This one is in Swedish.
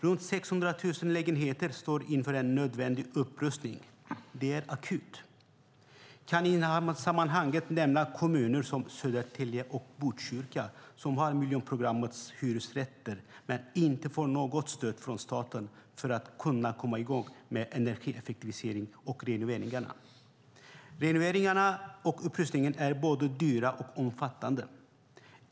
Runt 600 000 lägenheter står inför en nödvändig upprustning; det är akut. Jag kan i sammanhanget nämna kommuner som Södertälje och Botkyrka som har miljonprogrammets hyresrätter men inte får något stöd från staten för att komma i gång med energieffektivisering och renovering. Renoveringarna och upprustningen är både dyra och omfattande.